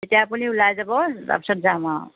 তেতিয়া আপুনি ওলাই যাব তাৰপিছত যাম আৰু